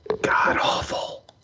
god-awful